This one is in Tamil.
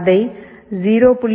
அதை 0